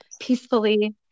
peacefully